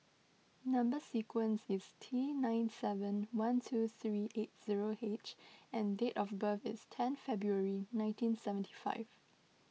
Number Sequence is T nine seven one two three eight zero H and date of birth is ten February nineteen seventy five